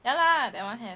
ya lah that one have